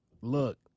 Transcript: look